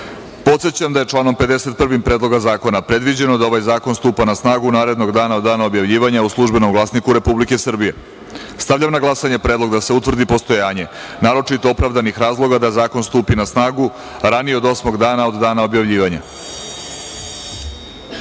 vas da je članom 51. Predloga zakona predviđeno da ovaj zakon stupa na snagu narednog dana od dana objavljivanja u „Službenom glasniku Republike Srbije“.Stavljam na glasanje predlog da se utvrdi postojanje naročito opravdanih razloga da zakon stupi na snagu ranije od osmog dana od dana objavljivanja. Zaključujem